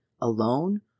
alone